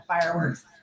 fireworks